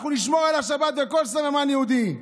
אנחנו נשמור על השבת ועל כל סממן יהודי.